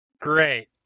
Great